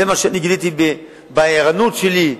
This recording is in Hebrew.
זה מה שגיליתי בערנות שלי,